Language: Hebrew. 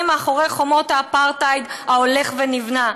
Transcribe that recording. מאחורי חומות האפרטהייד ההולך ונבנה.